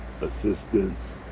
assistance